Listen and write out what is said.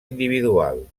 individual